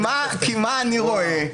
וואוו, וואוו.